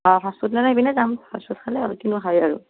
অঁ ফাষ্টফুড মানে এইপিনেই যাম ফাষ্টফুড খালে হ'ল কিনো খাবি আৰু